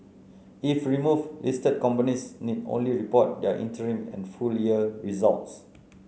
if removed listed companies need only report their interim and full year results